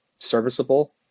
serviceable